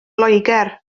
loegr